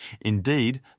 Indeed